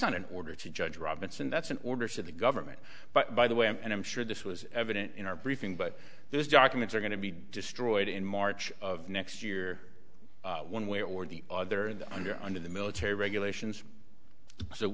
not an order to judge robinson that's an orders of the government but by the way and i'm sure this was evident in our briefing but those documents are going to be destroyed in march of next year one way or the other in the under under the military regulations so